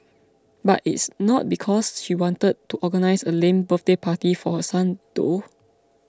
but it's not because she wanted to organise a lame birthday party for her son though